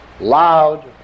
loud